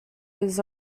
his